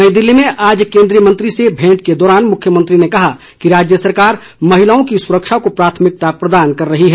नई दिल्ली में आज केंद्रीय मंत्री से भेंट के दौरान मुख्यमंत्री ने कहा कि राज्य सरकार महिलाओं की सुरक्षा को प्राथमिकता प्रदान कर रही है